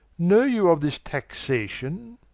know you of this taxation?